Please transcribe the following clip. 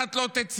המשלחת לא תצא?